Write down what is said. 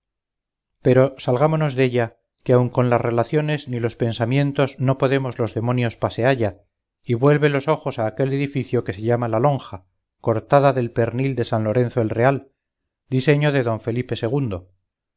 pero salgámonos della que aun con las relaciones ni los pensamientos no podemos los demonios pasealla y vuelve los ojos a aquel edificio que se llama la lonja cortada del pernil de san lorenzo el real diseño de don felipe